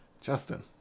Justin